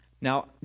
Now